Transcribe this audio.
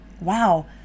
wow